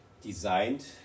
designed